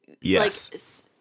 Yes